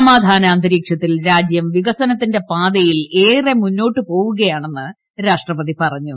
സമാധാന അന്തരീക്ഷത്തിൽ രാജ്യം വികസനത്തിന്റെ പാതയിൽ ഏറെ മുന്നോട്ട് പോവുകയാണെന്ന് രാഷ്ട്രപതി പറഞ്ഞു